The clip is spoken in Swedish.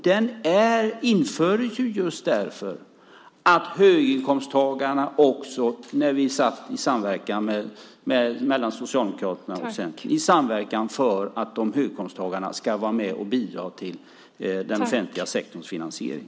Den infördes ju när vi hade samverkan mellan Socialdemokraterna och Centern, just därför att höginkomsttagarna ska vara med och bidra till den offentliga sektorns finansiering.